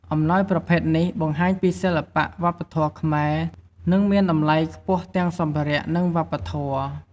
អំណោយប្រភេទនេះបង្ហាញពីសិល្បៈវប្បធម៌ខ្មែរ និងមានតម្លៃខ្ពស់ទាំងសម្ភារៈ និងវប្បធម៌។